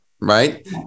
Right